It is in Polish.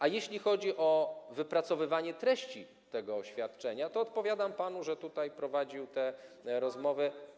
A jeśli chodzi o wypracowywanie treści tego oświadczenia, to odpowiadam panu, że tutaj prowadził te rozmowy.